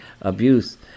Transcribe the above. abuse